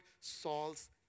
Saul's